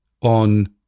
on